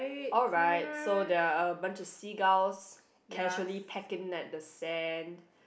alright so they are a bunch of seagulls casually pack in at the sand